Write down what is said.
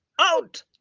out